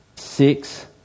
Six